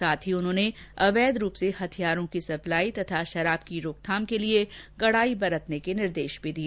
साथ ही अवैध रूप से हथियारों की सप्लाई तथा शराब की रोकथाम के लिए कड़ाई रखने के निर्देश दिए